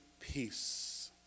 peace